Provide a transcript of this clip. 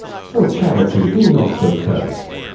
for charity, be not so curst.